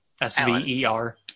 S-V-E-R